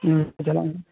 ᱪᱟᱞᱟᱜ ᱢᱮ